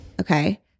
Okay